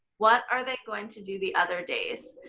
what are they going to do the other days?